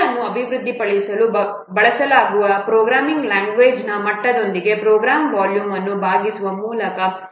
code ಅನ್ನು ಅಭಿವೃದ್ಧಿಪಡಿಸಲು ಬಳಸಲಾಗುವ ಪ್ರೋಗ್ರಾಮಿಂಗ್ ಲ್ಯಾಂಗ್ವೇಜ್ನ ಮಟ್ಟದೊಂದಿಗೆ ಪ್ರೋಗ್ರಾಂ ವಾಲ್ಯೂಮ್ ಅನ್ನು ಭಾಗಿಸುವ ಮೂಲಕ